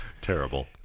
Terrible